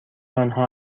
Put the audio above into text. آنها